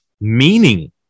meaning